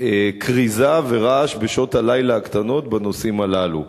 כריזה ורעש בשעות הלילה הקטנות בנושאים הללו.